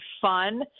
fun